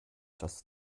das